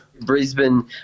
Brisbane